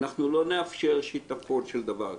אנחנו לא נאפשר שיטפון של דבר כזה.